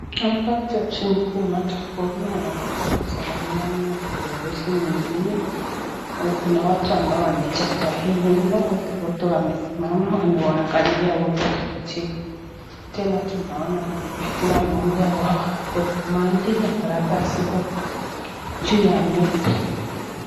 Hapa jaji mkuu Martha Koome anaonekana kusalimiana na kiongozi mwingine, kuna watu ambao wamejaa kwa hii nyumba, wote wote wamesimama wameangalia wote wakicheka. Tena tunaona pia kila mmoja wao ako na maji na karatasi juu ya meza.